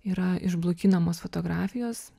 yra išblukinamos fotografijos